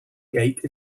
gate